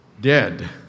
dead